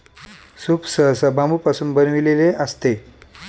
soup सहसा बांबूपासून बनविलेले असते